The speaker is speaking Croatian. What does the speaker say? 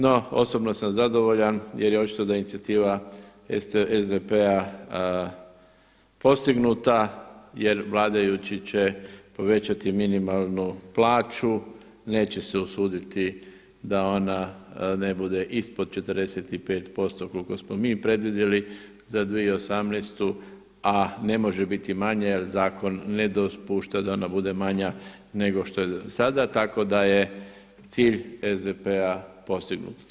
No osobno sam zadovoljan jer je očito da je inicijativa SDP-a postignuta jer vladajući će povećati minimalnu plaću, neće se usuditi da ona ne bude ispod 45% koliko smo mi predvidjeli za 2018. a ne može biti manja jer zakon ne dopušta da ona bude manja nego što je sada tako da je cilj SDP-a postignut.